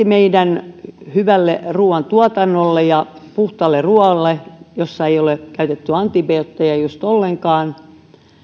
meidän hyvälle ruoantuotannollemme ja puhtaalle ruoallemme jossa ei ole käytetty antibiootteja juuri ollenkaan